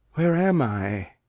where am i?